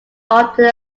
after